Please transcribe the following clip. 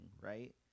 right